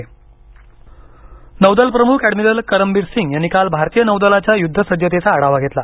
नौदलप्रमुख भेट नौदलप्रमुख एडमिरल करमबिर सिंग यांनी काल भारतीय नौदलाच्या युद्धसज्जतेचा आढावा घेतला